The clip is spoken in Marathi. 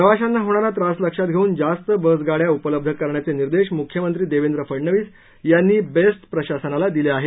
प्रवाशांना होणारा त्रास लक्षात घेऊन जास्त बसगाड्या उपलब्ध करण्याचे निर्देश मुख्यमंत्री देवेंद्र फडनवीस यांनी बेस्ट प्रशासनाला दिले आहेत